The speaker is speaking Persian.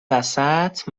وسط